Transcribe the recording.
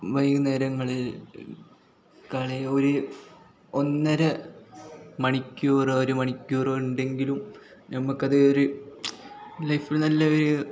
വൈകുന്നേരങ്ങളിൽ കളി ഒരു ഒന്നര മണിക്കൂർ ഒരു മണിക്കൂറുണ്ടെങ്കിലും ഞമ്മക്കത് ഒരു ലൈഫിൽ നല്ല ഒരു